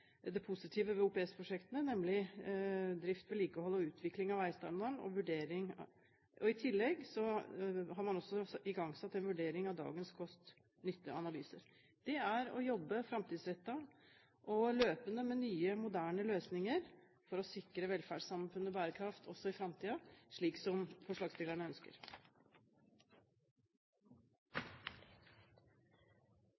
det positive ved OPS-prosjektene, nemlig drift, vedlikehold og utvikling av veistandarden. I tillegg har man igangsatt en vurdering av dagens kost–nytte-analyser. Det er å jobbe framtidsrettet og løpende med nye moderne løsninger for å sikre velferdssamfunnet bærekraft også i framtiden, slik som forslagsstillerne ønsker.